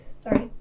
Sorry